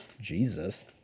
Jesus